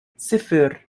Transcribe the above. صفر